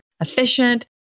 efficient